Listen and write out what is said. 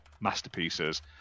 masterpieces